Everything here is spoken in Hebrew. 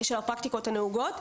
של פרקטיקות הנהוגות,